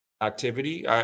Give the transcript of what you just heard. activity